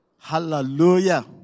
Hallelujah